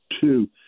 two